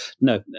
no